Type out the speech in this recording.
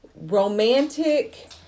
romantic